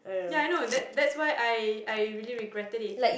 ya I know that that's why I I really regretted it